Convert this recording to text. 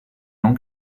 non